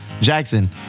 Jackson